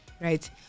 right